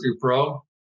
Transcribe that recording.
pro